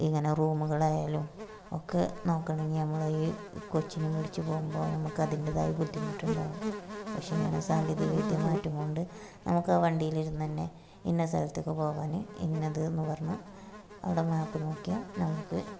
ഇങ്ങനെ റൂമുകളായാലും ഒക്കെ നോക്കണമെങ്കിൽ നമ്മൾ ഈ കൊച്ചിനേയും പിടിച്ച് പോവുമ്പോൾ നമുക്ക് അതിന്റേതായ ബുദ്ധിമുട്ടുണ്ടാവും പക്ഷേ ഇങ്ങനെ സാങ്കേതികവിദ്യ മാറ്റം കൊണ്ട് നമുക്ക് ആ വണ്ടിയിൽ ഇരുന്ന് തന്നെ ഇന്ന സ്ഥലത്തെക്ക് പോകാൻ ഇന്നത് എന്ന് പറഞ്ഞ് അവിടെ മാപ്പ് നോക്കിയാല് നമുക്ക്